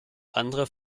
andere